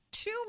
two